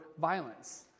violence